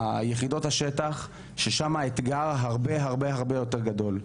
יחידות השטח ששם האתגר הרבה הרבה יותר גדול,